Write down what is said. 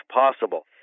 possible